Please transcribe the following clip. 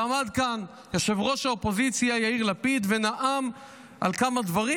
עמד כאן ראש האופוזיציה יאיר לפיד ונאם על כמה דברים.